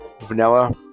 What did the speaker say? vanilla